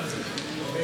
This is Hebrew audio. יכול.